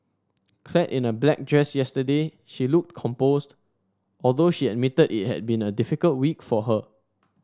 Clad in a black dress yesterday she looked composed although she admitted it had been a difficult week for her